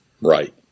Right